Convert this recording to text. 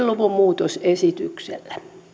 luvun muutosesityksessä